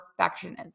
perfectionism